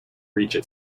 reached